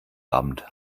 abend